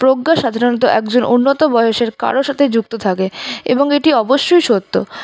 প্রজ্ঞা সাধারণত একজন উন্নত বয়সের কারো সাথে যুক্ত থাকে এবং এটি অবশ্যই সত্য